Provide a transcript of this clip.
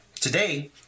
today